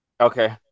okay